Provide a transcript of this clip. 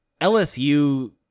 LSU